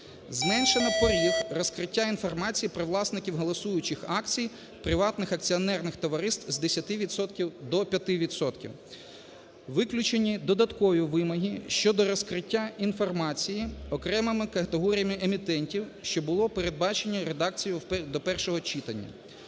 Зменшено поріг розкриття інформації про власників голосуючих акцій приватних акціонерних товариств з 10 відсотків до 5 відсотків. Виключені додаткові вимоги щодо розкриття інформації окремими категоріями емітентів, що було передбачено редакцією до першого читання.